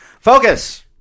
Focus